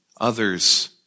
Others